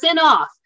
off